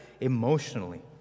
emotionally